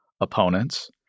opponents